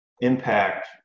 impact